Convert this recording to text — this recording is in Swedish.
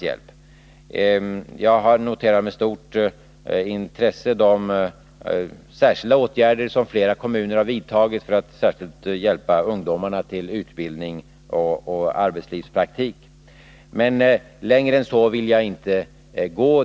Jag har med stort intresse noterat de åtgärder som flera kommuner har vidtagit för att särskilt hjälpa ungdomarna till utbildning och arbetslivspraktik, Men längre än så vill jag inte gå.